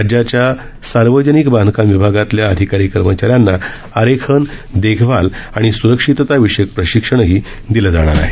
राज्याच्या सार्वजनिक बांधकाम विभागातल्या अधिकारी कर्मचाऱ्यांना आरेखन देखभाल आणि सुरक्षितता विषयक प्रशिक्षणही देण्यात येणार आहे